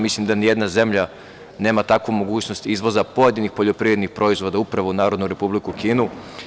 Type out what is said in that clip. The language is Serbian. Mislim da nijedna zemlja nema takvu mogućnost izvoza pojedinih poljoprivrednih proizvoda upravo u Narodnu Republiku Kinu.